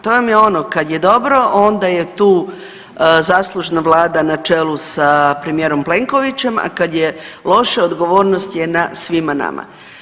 To vam je ono kad je dobro onda je tu zaslužna vlada na čelu sa premijerom Plenkovićem, a kad je loše odgovornost je na svima nama.